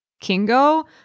Kingo